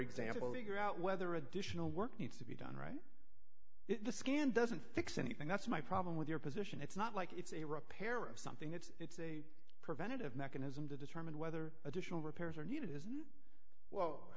example you're out whether additional work needs to be done right if the scan doesn't fix anything that's my problem with your position it's not like it's a repair of something it's a preventative mechanism to determine whether additional repairs are needed isn't well